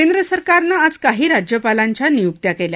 केंद्र सरकारनं आज काही राज्यपालांच्या नियुक्त्या केल्या